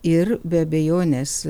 ir be abejonės